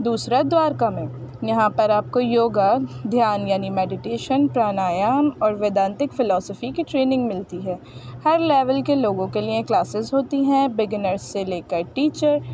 دوسرا دوارکا میں یہاں پر آپ کو یوگا دھیان یعنی میڈیٹیشن پرانایام اور ویدانتک فلوسفی کی ٹریننگ ملتی ہے ہر لیول کے لوگوں کے لیے کلاسز ہوتی ہیں بگنرز سے لے کر ٹیچر